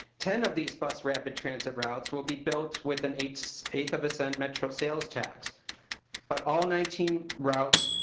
ten of these bus rapid transit routes will be built with an eighth eighth of a eight cent metro sales tax but all nineteen routes